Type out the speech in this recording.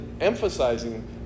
emphasizing